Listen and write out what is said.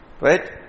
right